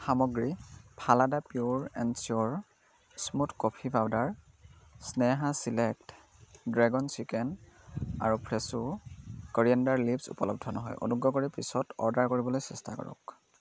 সামগ্ৰী ফালাডা pure and sure smooth coffee powder Sneha select dragon chicken আৰু ফ্ৰেছো কৰিয়েণ্ডাৰ লিফ্চ উপলব্ধ নহয় অনুগ্ৰহ কৰি পিছত অৰ্ডাৰ কৰিবলৈ চেষ্টা কৰক